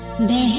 the